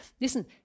listen